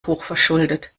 hochverschuldet